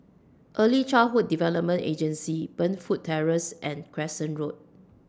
Early Childhood Development Agency Burnfoot Terrace and Crescent Road